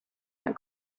that